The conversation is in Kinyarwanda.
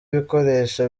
ibikoresho